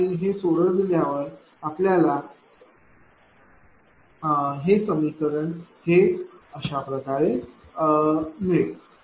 आणि हे सोडविल्यावर आपल्याला iAr1iBr1r2iCr1r2r3j iAx1j iBx1x2j iCx1x2x3 हे अशाप्रकारे मिळेल